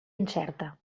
incerta